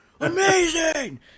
amazing